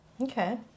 Okay